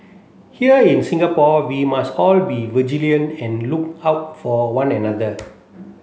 here in Singapore we must all be vigilant and look out for one another